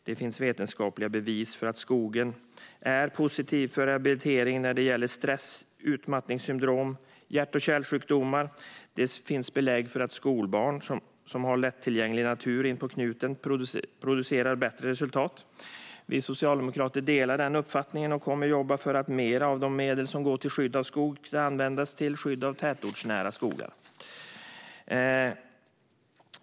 Det finns vetenskapliga bevis för att skogen är positiv för rehabilitering när det gäller stress, utmattningssyndrom och hjärt och kärlsjukdomar. Det finns belägg för att skolbarn som har lättillgänglig natur inpå knuten producerar bättre resultat. Vi socialdemokrater delar denna uppfattning och kommer att jobba för att mer av de medel som går till skydd av skog kan användas till skydd av tätortsnära skogar.